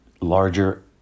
larger